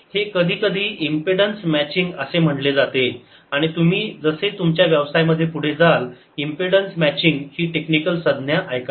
हे कधी कधी इम्पेडन्स मॅचींग असे म्हणले जाते आणि तुम्ही जसे तुमच्या व्यवसायामध्ये पुढे जाल इम्पेडन्स मॅचींग ही टेक्निकल सज्ञा ऐकाल